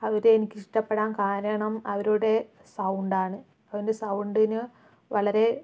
അവരെ എനിക്ക് ഇഷ്ടപ്പെടാൻ കാരണം അവരുടെ സൗണ്ടാണ് അവരുടെ സൗണ്ടിന് വളരെ